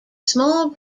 small